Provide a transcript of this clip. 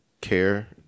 care